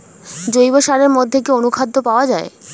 জৈব সারের মধ্যে কি অনুখাদ্য পাওয়া যায়?